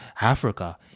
Africa